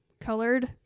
colored